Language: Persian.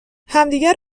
همدیگه